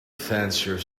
fancier